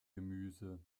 gemüse